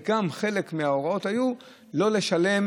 וגם חלק מההוראות היו שאין לשלם